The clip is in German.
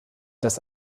das